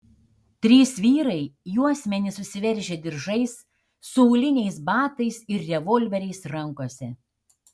trys vyrai juosmenis susiveržę diržais su auliniais batais ir revolveriais rankose